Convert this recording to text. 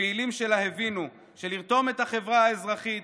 הפעילים שלה הבינו שלרתום את החברה האזרחית